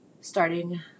starting